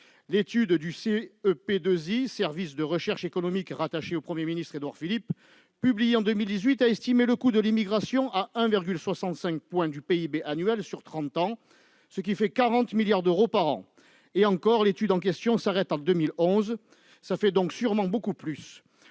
étude du CEPII, service de recherches économiques rattaché au Premier ministre, Édouard Philippe, publiée en 2018, a estimé le coût de l'immigration à 1,65 point du PIB annuel sur trente ans, ce qui représente 40 milliards d'euros par an. Et encore, l'étude en question s'arrête en 2011 ; cela fait donc sûrement beaucoup plus